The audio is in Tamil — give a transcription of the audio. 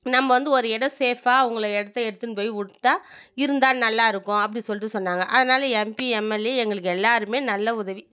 நம்ம வந்து ஒரு இடம் சேஃப்பாக அவங்கள இடத்த எடுத்துன்னு போய் விட்டா இருந்தால் நல்லாயிருக்கும் அப்படி சொல்லிட்டு சொன்னாங்க அதனாலே எம்பி எம்எல்ஏ எங்களுக்கு எல்லோருமே நல்ல உதவி